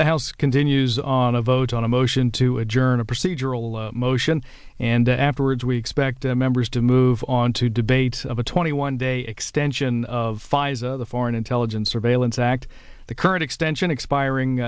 the house continues on a vote on a motion to adjourn a procedural motion and then afterwards we expect the members to move on to debate of a twenty one day extension of the foreign intelligence surveillance act the current extension expiring